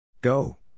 Go